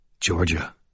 Georgia